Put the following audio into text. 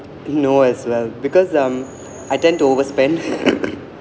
no as well because um I tend to overspend